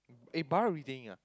eh Bara retaining ah